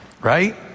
right